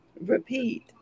repeat